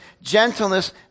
gentleness